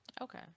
Okay